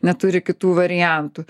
neturi kitų variantų